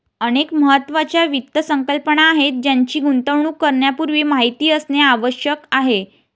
अनेक महत्त्वाच्या वित्त संकल्पना आहेत ज्यांची गुंतवणूक करण्यापूर्वी माहिती असणे आवश्यक आहे